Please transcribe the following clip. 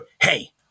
Hey